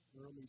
early